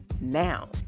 now